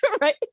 right